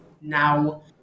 now